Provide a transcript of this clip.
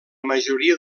majoria